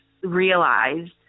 realized